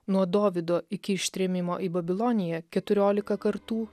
nuo dovydo iki ištrėmimo į babiloniją keturiolika kartų